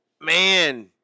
man